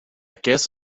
guess